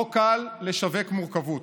לא קל לשווק מורכבות,